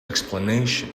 explanation